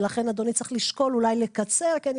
לכן אדוני צריך לשקול אולי לקצר כי אני